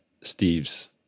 Steve's